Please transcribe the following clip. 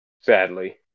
Sadly